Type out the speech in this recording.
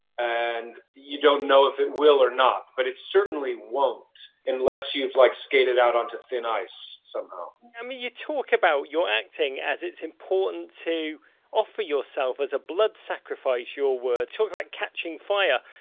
and you don't know if it will or not. but it certainly won't unless you've, like, skated out onto thin ice somehow. roger i mean you talk about your acting as it's important to offer yourself as a blood sacrifice, your words. talk about catching fire,